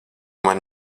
man